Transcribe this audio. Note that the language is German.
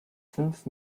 fünf